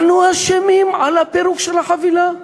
אנחנו אשמים על הפירוק של החבילה?